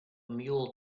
mule